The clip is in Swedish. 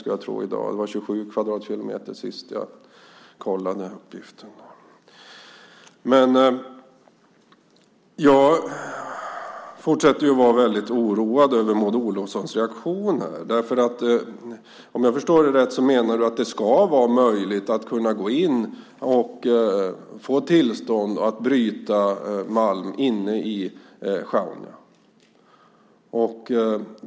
Det var 27 kvadratkilometer sist jag kontrollerade uppgiften. Jag fortsätter att vara väldigt oroad över Maud Olofssons reaktion här. Om jag förstår dig rätt menar du att det ska vara möjligt att gå in och få tillstånd att bryta malm inne i Sjaunja.